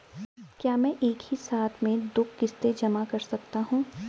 क्या मैं एक ही साथ में दो किश्त जमा कर सकता हूँ?